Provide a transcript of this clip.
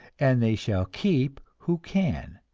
and they shall keep who can